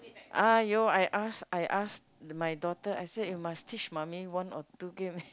!aiyo! I ask I ask my daughter I say you must teach mummy one of two give me